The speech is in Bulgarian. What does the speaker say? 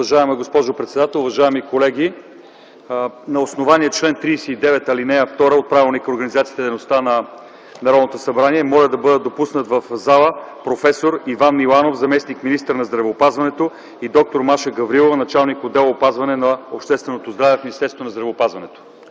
Уважаема госпожо председател, уважаеми колеги! На основание чл. 39, ал. 2 от Правилника за организацията и дейността на Народното събрание моля да бъдат допуснати в пленарната зала проф. Иван Миланов – заместник-министър на здравеопазването, и д-р Маша Гаврилова, началник отдел „Опазване на общественото здраве” в Министерството на здравеопазването.